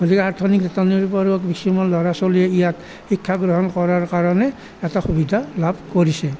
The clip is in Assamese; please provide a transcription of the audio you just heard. গতিকে আৰ্থিক নাটনিৰ উপৰিও কিছুমান ল'ৰা ছোৱালীয়ে ইয়াত শিক্ষা গ্ৰহণ কৰাৰ কাৰণে এটা সুবিধা লাভ কৰিছে